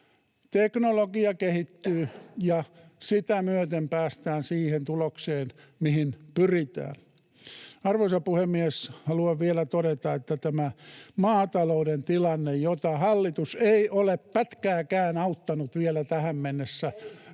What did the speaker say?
Teknologia kehittyy ja sitä myöten päästään siihen tulokseen, mihin pyritään. Arvoisa puhemies! Haluan vielä todeta, että tämä maatalouden tilanne, jota hallitus ei ole pätkääkään auttanut vielä tähän mennessä,